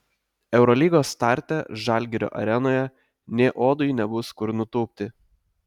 eurolygos starte žalgirio arenoje nė uodui nebus kur nutūpti